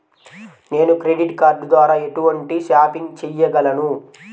నేను credit card ద్వార ఎటువంటి షాపింగ్ చెయ్యగలను?